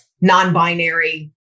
non-binary